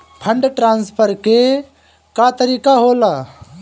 Fund transfer के का तरीका होला?